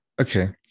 Okay